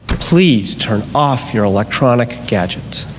please turn off your electronic gadgets.